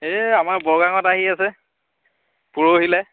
এই আমাৰ বৰগাঙত আহি আছে পৰহিলৈ